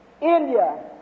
India